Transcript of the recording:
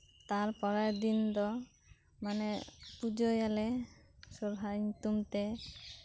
ᱛᱟᱨᱯᱚᱨᱮᱨ ᱫᱤᱱ ᱫᱚ ᱢᱟᱱᱮ ᱯᱩᱡᱟᱹᱭᱟᱞᱮ ᱥᱚᱨᱦᱟᱭ ᱧᱩᱛᱩᱢᱛᱮ